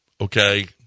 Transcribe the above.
okay